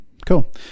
Cool